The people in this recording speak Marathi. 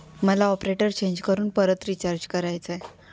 मला ऑपरेटर चेंज करून परत रिचार्ज करायचा आहे